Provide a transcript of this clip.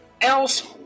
else